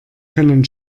können